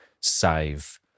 save